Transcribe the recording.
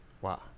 Wow